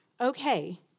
okay